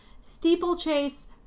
steeplechase